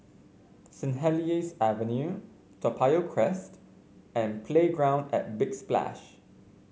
Saint Helier's Avenue Toa Payoh Crest and Playground at Big Splash